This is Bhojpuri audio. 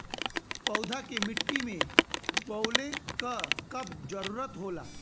पौधा के मिट्टी में बोवले क कब जरूरत होला